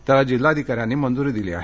त्याला जिल्हाधिकाऱ्यांनी मंजूरी दिली आहे